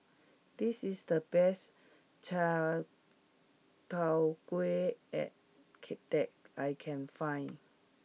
this is the best Chai Tow Kuay at that I can find